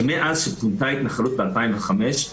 שמאז שפונתה ההתנחלות ב-2005,